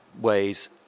ways